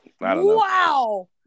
Wow